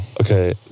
Okay